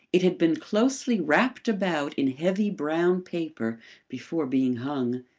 it had been closely wrapped about in heavy brown paper before being hung,